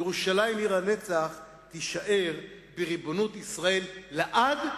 ירושלים, עיר הנצח, תישאר בריבונות ישראל לעד,